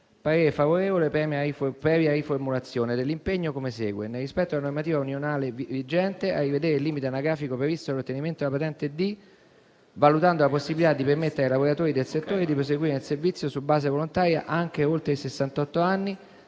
parere è favorevole previa riformulazione dell'impegno come segue: